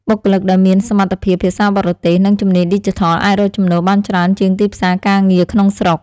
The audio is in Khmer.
បុគ្គលិកដែលមានសមត្ថភាពភាសាបរទេស និងជំនាញឌីជីថលអាចរកចំណូលបានច្រើនជាងទីផ្សារការងារក្នុងស្រុក។